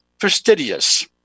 fastidious